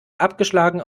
abgeschlagen